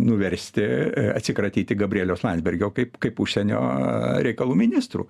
nuversti atsikratyti gabrieliaus landsbergio kaip kaip užsienio reikalų ministru